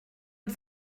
und